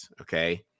okay